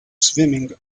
swimming